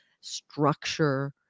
structure